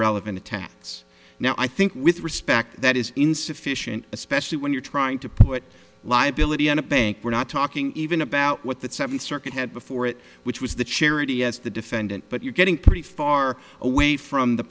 relevant attacks now i think with respect that is insufficient especially when you're trying to put liability on a bank we're not talking even about what that seventh circuit had before it which was the charity yes the defendant but you're getting pretty far away from the